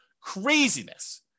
Craziness